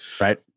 right